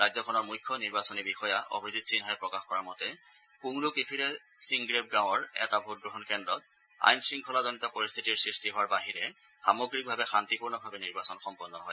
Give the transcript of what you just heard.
ৰাজ্যখনৰ মুখ্য নিৰ্বাচনী বিষয়া অভিজিত সিন্হাই প্ৰকাশ কৰা মতে পুংৰুকিফিৰে চিংগ্ৰেপ গাঁৱৰ এটা ভোটগ্ৰহণ কেন্দ্ৰত আইন শংখলাজনিত পৰিস্থিতিৰ সৃষ্টি হোৱাৰ বাহিৰে সামগ্ৰিকভাৱে শান্তিপূৰ্ণভাৱে নিৰ্বাচন সম্পন্ন হয়